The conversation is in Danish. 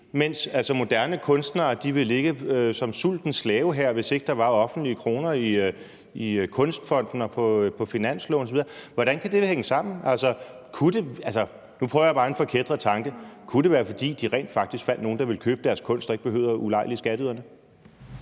mens moderne kunstnere ville ligge som sultens slavehær, hvis ikke der var offentlige kroner i Kunstfonden og på finansloven osv.? Hvordan kan det hænge sammen? Altså, nu afprøver jeg bare en forkætret tanke: Kunne det være, fordi de rent faktisk fandt nogen, der ville købe deres kunst, og ikke behøvede at ulejlige skatteyderne?